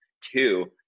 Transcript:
Two